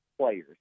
players